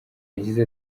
yagize